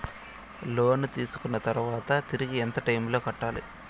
లోను తీసుకున్న తర్వాత తిరిగి ఎంత టైములో కట్టాలి